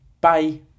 Bye